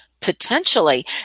Potentially